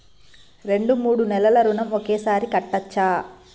రెండు మూడు నెలల ఋణం ఒకేసారి కట్టచ్చా?